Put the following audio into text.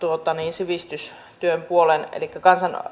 sivistystyön puoleen elikkä